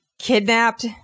Kidnapped